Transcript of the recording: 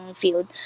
field